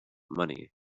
money